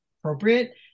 appropriate